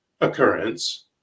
occurrence